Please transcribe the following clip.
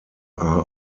are